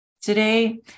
today